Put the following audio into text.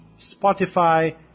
Spotify